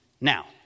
Now